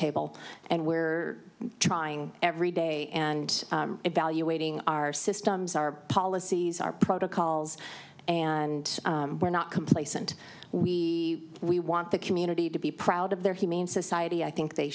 table and we're trying every day and evaluating our systems our policies our protocols and we're not complacent we we want the community to be proud of their humane society i think they